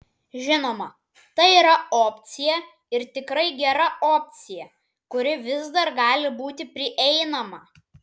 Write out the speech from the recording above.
žinoma tai yra opcija ir tikrai gera opcija kuri vis dar gali būti prieinama